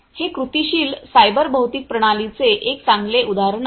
हे कृतीशील सायबर भौतिक प्रणालीचे एक चांगले उदाहरण आहे